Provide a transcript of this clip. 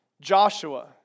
Joshua